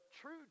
true